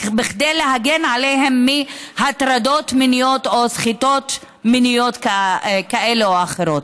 כדי להגן עליהם מהטרדות מיניות או סחיטות מיניות כאלה או אחרות.